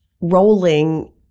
rolling